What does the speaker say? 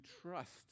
trust